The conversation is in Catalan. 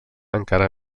encara